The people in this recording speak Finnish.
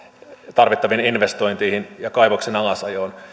tarvittaviin investointeihin ja kaivoksen alasajoon